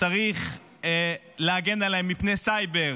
וצריך להגן עליהן מפני סייבר,